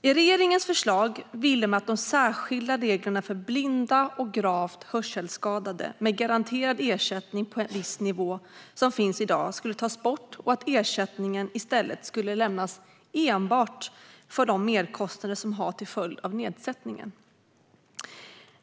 I regeringens förslag ville man att de särskilda regler som i dag finns för blinda och gravt hörselskadade, med garanterad ersättning på en viss nivå, skulle tas bort och att ersättningen skulle lämnas enbart för de merkostnader som är en följd av nedsättningen.